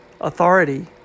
authority